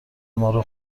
مارو